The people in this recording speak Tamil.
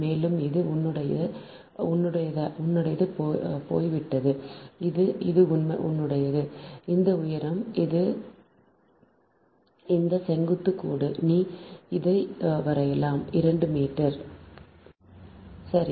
மேலும் இது உன்னுடையது போய்விட்டது இது இது உன்னுடையது இந்த உயரம் இந்த செங்குத்து கோடு நீங்கள் இதை வரையலாம் 2 மீட்டர் சரி